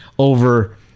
Over